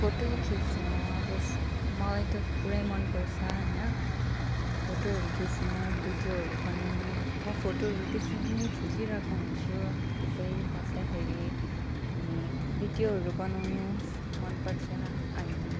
photo खिच्नु अब मलाई त पुरै मन पर्छ होइन फोटोहरू खिच्नु भिडियोहरू बनाउनु म फोटोहरू त्यसै पनि खिचिरहेको हुन्छु त्यसै बस्दाखेरि अनि भिडियोहरू बनाउनु मन पर्छ अनि